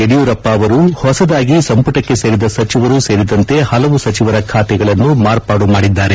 ಯಡಿಯೂರಪ್ಪ ಅವರು ಹೊಸದಾಗಿ ಸಂಪುಟಕ್ಕೆ ಸೇರಿದ ಸಚಿವರು ಸೇರಿದಂತೆ ಪಲವು ಸಚಿವರ ಖಾತೆಗಳನ್ನು ಮಾರ್ಪಾಡು ಮಾಡಿದ್ಗಾರೆ